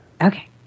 Okay